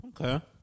Okay